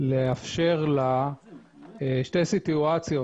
לאפשר לה שתי סיטואציות.